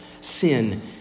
Sin